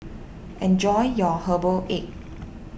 enjoy your Herbal Egg